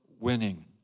winning